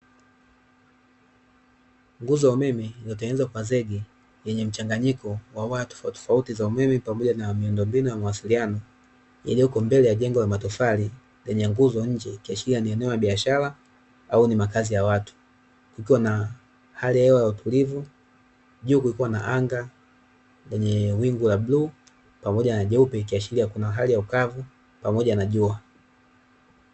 Nguzo ya umeme iliyotengezwa kwa zenge yenye mchanganyiko wa nyaya tofauti tofauti pamoja na miundo mbinu ya mawasiliano iliyoko mbele ya jengo la matofari, yenye nguzo nje ikiashiria ni eneo la biashara au makazi watu, kukiwa na hali ya hewa ya utulivu juu kukiwa na anga lenye wingu la bluu pamoja na jeupe ikiashira kuna hali ya ukavu pamoja na jua.